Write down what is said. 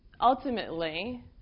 ultimately